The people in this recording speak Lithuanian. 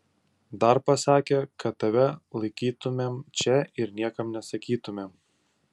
dar pasakė kad tave laikytumėm čia ir niekam nesakytumėm